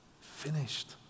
Finished